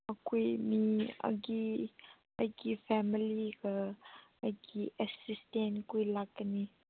ꯑꯩꯈꯣꯏ ꯃꯤ ꯑꯩꯒꯤ ꯐꯦꯃꯂꯤꯒ ꯑꯩꯒꯤ ꯑꯦꯁꯤꯁꯇꯦꯟ ꯈꯣꯏ ꯂꯥꯛꯀꯅꯤ